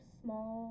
small